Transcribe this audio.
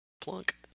Plunk